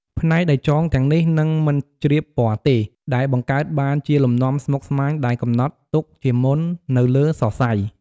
ផ្នែកដែលចងទាំងនេះនឹងមិនជ្រាបពណ៌ទេ ដែលបង្កើតបានជាលំនាំស្មុគស្មាញដែលកំណត់ទុកជាមុននៅលើសរសៃ។